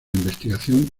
investigación